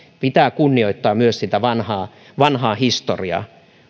pitää kunnioittaa myös sitä vanhaa vanhaa historiaa